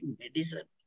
medicine